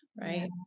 right